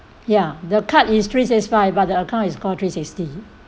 ya the card is three six five but account is called three sixty